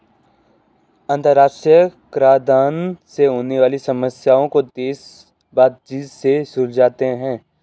अंतरराष्ट्रीय कराधान से होने वाली समस्याओं को देश बातचीत से सुलझाते हैं